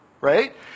right